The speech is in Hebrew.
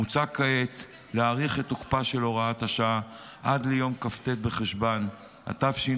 מוצע כעת להאריך את תוקפה של הוראת השעה עד ליום כ"ט בחשוון התשפ"ה,